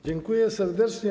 Dziękuję serdecznie.